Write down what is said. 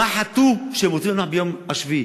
מה חטאו שהם רוצים לנוח ביום השביעי?